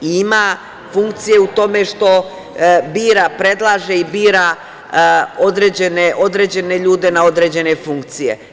Ima funkcije u tome što predlaže i bira određene ljude na određene funkcije.